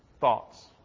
Thoughts